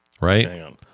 right